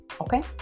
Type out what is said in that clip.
okay